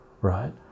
right